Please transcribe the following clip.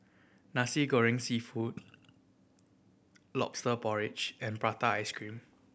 Nasi Goreng Seafood Lobster Porridge and prata ice cream